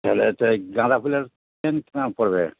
তাহলে তো ওই গাঁদা ফুলের চেইন কী দাম পড়বে